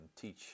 teach